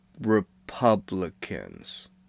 Republicans